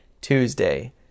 Tuesday